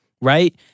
right